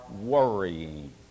worrying